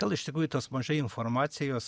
gal iš tikrųjų tos mažai informacijos